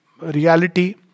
reality